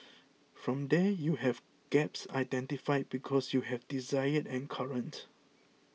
from there you have gaps identified because you have desired and current